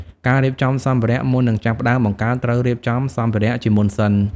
ការរៀបចំសម្ភារៈ មុននឹងចាប់ផ្តើមបង្កើត ត្រូវរៀបចំសម្ភារៈជាមុនសិន។